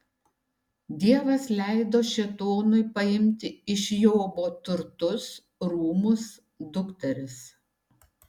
dievas leido šėtonui paimti iš jobo turtus rūmus dukteris